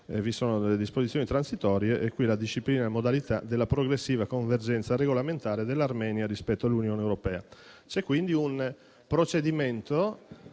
vi sono le disposizioni transitorie e quindi la disciplina e le modalità della progressiva convergenza regolamentare dell'Armenia rispetto all'Unione europea. Si procede